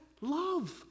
Love